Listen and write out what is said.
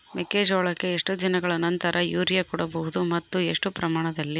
ಮೆಕ್ಕೆಜೋಳಕ್ಕೆ ಎಷ್ಟು ದಿನಗಳ ನಂತರ ಯೂರಿಯಾ ಕೊಡಬಹುದು ಮತ್ತು ಎಷ್ಟು ಪ್ರಮಾಣದಲ್ಲಿ?